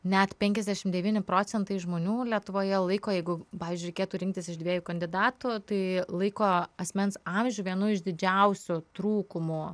net penkiasdešimt devyni procentai žmonių lietuvoje laiko jeigu pavyzdžiui reikėtų rinktis iš dviejų kandidatų tai laiko asmens amžių vienu iš didžiausių trūkumų